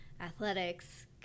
athletics